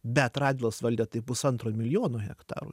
bet radvilos valdė tai pusantro milijono hektarų